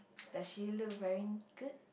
does she look very good